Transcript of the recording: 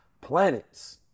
planets